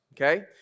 okay